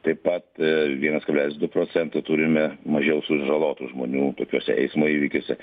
taip pat ee vienas kablelis du procento turime mažiau sužalotų žmonių tokiuose eismo įvykiuose